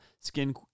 skin